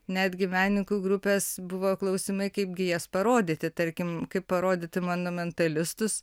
netgi menininkų grupes buvo klausimai kaipgi jas parodyti tarkim kaip parodyti mano mentalistus